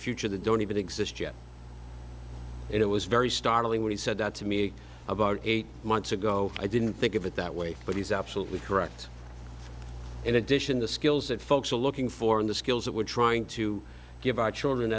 future that don't even exist yet and it was very startling when he said that to me about eight months ago i didn't think of it that way but he's absolutely correct in addition the skills that folks are looking for in the skills that we're trying to give our children